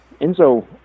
Enzo